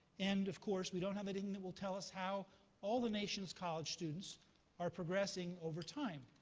and of course, we don't have anything that will tell us how all the nation's college students are progressing over time,